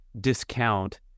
discount